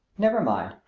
never mind,